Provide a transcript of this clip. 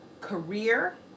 career